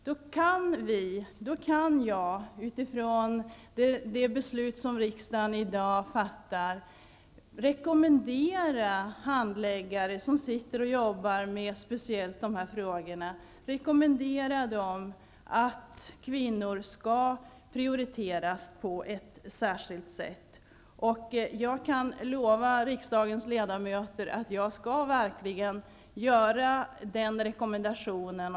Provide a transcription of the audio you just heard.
Då kan t.ex. jag utifrån det beslut som riksdagen i dag kommer att fatta rekommendera handläggare som arbetar med speciellt dessa frågor att kvinnor skall prioriteras på ett särskilt sätt. Jag kan lova riksdagens ledamöter att jag verkligen skall göra den rekommendationen.